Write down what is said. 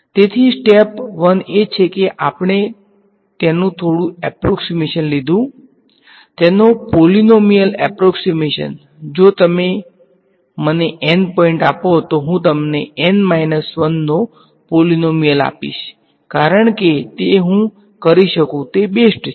તેથી સ્ટેપ 1 એ છે કે આપણે તેનુ થોડુ એપ્રોક્ષીમેશન લિધુ તેનો પોલીનોમીયલ એપ્રોક્ષીમેશન જો તમે મને N પોઈન્ટ આપો તો હું તમને N 1 નો પોલીનોમીયલ આપીશ કારણ કે તે હું કરી શકું તે બેસ્ટ છે